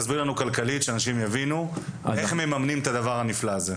תסביר לנו כלכלית שאנשים יבינו איך מממנים את הדבר הנפלא הזה.